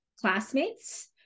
classmates